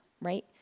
right